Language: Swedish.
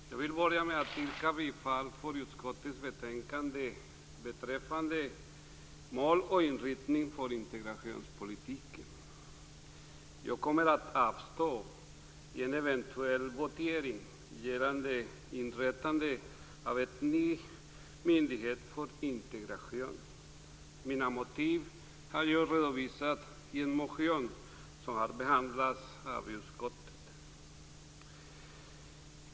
Fru talman! Jag vill börja med att yrka bifall till hemställan i utskottets betänkande beträffande mål och inriktning för integrationspolitiken. Jag kommer att avstå i en eventuell votering gällande inrättande av en ny myndighet för integration. Mina motiv har jag redovisat i en motion som har behandlats av utskottet.